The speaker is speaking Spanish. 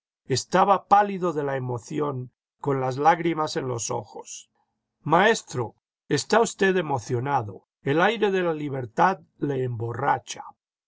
estaba pálido de la emoción con las lágrimas en los ojos maestro está usted emocionado el aire de la libertad le emborracha